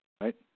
Right